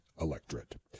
electorate